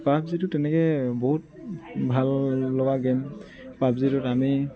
পাবজিটো তেনেকৈ বহুত ভাললগা গেম পাবজিটোত আমি